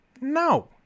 no